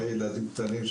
בחיי ילדים קטנים,